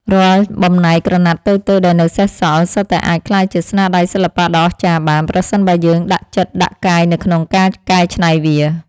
រាល់បំណែកក្រណាត់តូចៗដែលនៅសេសសល់ សុទ្ធតែអាចក្លាយជាស្នាដៃសិល្បៈដ៏អស្ចារ្យបាន ប្រសិនបើយើងដាក់ចិត្តដាក់កាយនៅក្នុងការកែច្នៃវា។